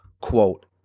quote